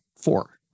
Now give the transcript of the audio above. four